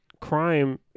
crime